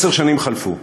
עשר שנים חלפו.